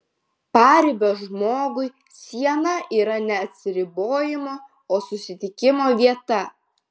paribio žmogui siena yra ne atsiribojimo o susitikimo vieta